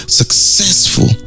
successful